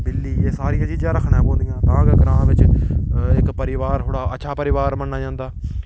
बिल्ली एह् सारियां चीजां रक्खने पोंदियां तां गै ग्रां बिच्च इक परिवार थोह्ड़ा अच्छा परिवार मन्ना जंदा